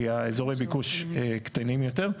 כי אזורי הביקוש קטנים יותר.